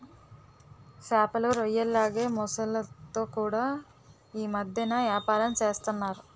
సేపలు, రొయ్యల్లాగే మొసల్లతో కూడా యీ మద్దెన ఏపారం సేస్తన్నారు